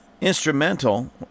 instrumental